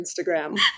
Instagram